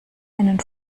einen